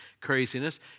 craziness